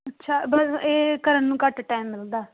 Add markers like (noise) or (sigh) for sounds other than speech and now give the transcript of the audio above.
ਅੱਛਾ (unintelligible) ਇਹ ਕਰਨ ਨੂੰ ਘੱਟ ਟਾਈਮ ਮਿਲਦਾ